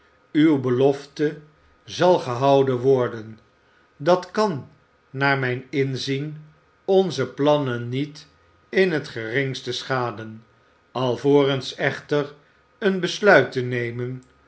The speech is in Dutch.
uwe belofte zal gehouden worden dat kan naar mijn inzien onze plannen niet in het geringste schaden alvorens echter een besluit te nemen